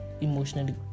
emotionally